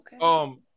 Okay